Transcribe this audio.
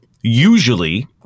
usually